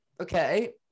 okay